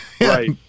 Right